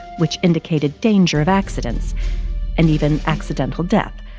which indicated danger of accidents and even accidental death.